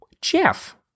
Jeff